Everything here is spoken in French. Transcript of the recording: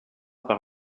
par